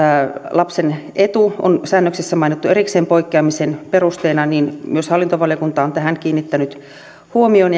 lapsen etu on säännöksessä mainittu erikseen poikkeamisen perusteena myös hallintovaliokunta on tähän kiinnittänyt huomion